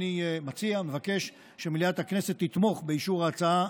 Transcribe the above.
אני מציע ומבקש שמליאת הכנסת תתמוך באישור ההצעה